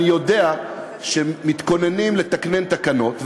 אני יודע שמתכוננים לתקן תקנות,